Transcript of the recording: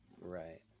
right